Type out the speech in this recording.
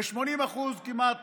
ו-80% כמעט